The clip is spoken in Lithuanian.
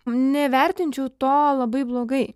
nevertinčiau to labai blogai